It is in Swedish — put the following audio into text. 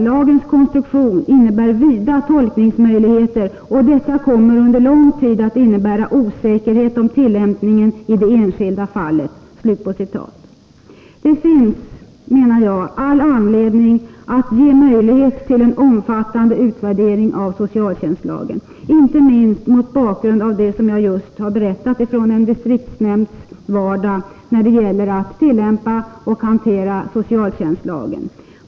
”Lagens konstruktion innebär vida tolkningsmöjligheter, och detta kommer under lång tid att innebära osäkerhet om tillämpningen i det enskilda fallet.” Det finns, menar jag, all anledning att ge möjlighet till en omfattande utvärdering av socialtjänstlagen, inte minst mot bakgrund av det jag just har berättat från en distriktsnämnds vardag när det gäller att tillämpa och hantera socialtjänstlagen.